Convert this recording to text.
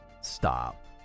Stop